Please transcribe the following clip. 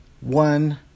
one